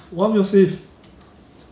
that's why 我那时 download 那个 lecture video